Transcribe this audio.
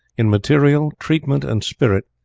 in material, treatment, and spirit,